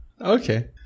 Okay